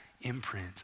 imprint